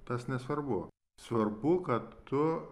tas nesvarbu svarbu kad tu